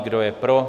Kdo je pro?